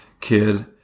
kid